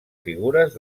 figures